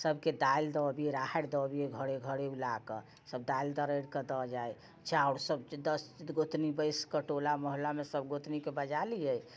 सभके दालि दऽ अबियै राहरि दऽ अबियै घरे घरे उलाकऽ सभ दालि दरैरि कऽ दऽ जाइ चाउर सभ दस गोतनी बैसि कऽ टोला मोहल्लामे सभ गोतनीके बजा लियै